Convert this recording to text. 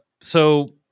So-